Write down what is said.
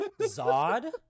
Zod